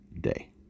day